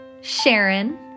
Sharon